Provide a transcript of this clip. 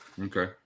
Okay